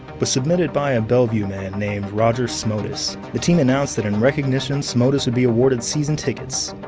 was submitted by a bellevue man named roger szmodis. the team announced that in recognition, szmodis would be awarded season tickets.